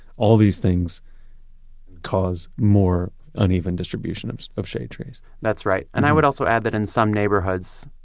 all of these things cause more uneven distribution of of shade trees that's right. and i would also add that in some neighborhoods,